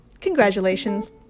congratulations